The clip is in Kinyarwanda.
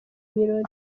birori